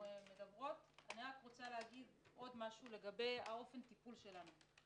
אני רוצה לומר עוד משהו לגבי אופן הטיפול שלנו.